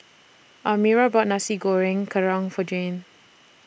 Almira bought Nasi Goreng Kerang For Jayne